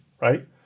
right